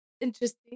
Interesting